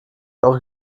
eure